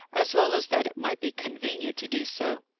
as well as that it might be convenient to do so.